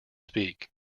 speak